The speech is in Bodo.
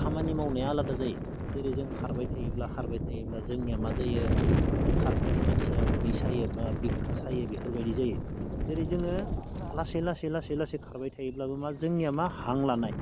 खामानि मावनाया आलादा जायो जेरै जों खारबाय थायोब्ला खारबाय थायोब्ला जोंनिया मा जायो खारफेरि मानसिया उदै सायो बा बिखा सायो बेफोरबायदि जायो जेरै जोङो लासै लासै लासै लासै खारबाय थायोब्ला मा जोंनिया मा हां लानाय